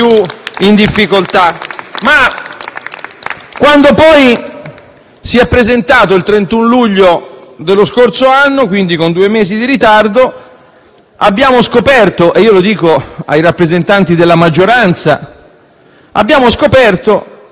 quando poi si è presentato, il 31 luglio dello scorso anno (quindi con due mesi di ritardo), abbiamo scoperto - lo dico ai rappresentanti della maggioranza - quello che lei aveva in mente